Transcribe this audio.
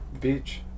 beach